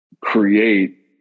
create